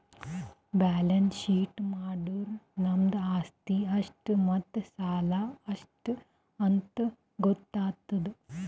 balance sheet ಮಾಡುರ್ ನಮ್ದು ಆಸ್ತಿ ಎಷ್ಟ್ ಮತ್ತ ಸಾಲ ಎಷ್ಟ್ ಅಂತ್ ಗೊತ್ತಾತುದ್